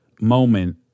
moment